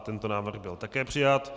Tento návrh byl také přijat.